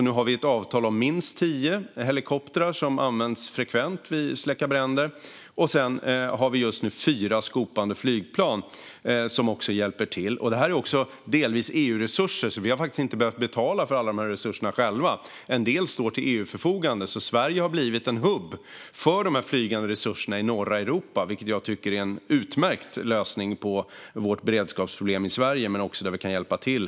Nu har vi ett avtal om minst tio helikoptrar som används frekvent för att släcka bränder. Och vi har just nu fyra skopande flygplan, som också hjälper till. Det är också delvis EU-resurser. Vi har faktiskt inte behövt betala för alla resurserna själva. En del står till EU:s förfogande. Sverige har blivit ett nav för de flygande resurserna i norra Europa. Jag tycker att det är en utmärkt lösning på beredskapsproblemet i Sverige, men det är också utmärkt att vi kan hjälpa till.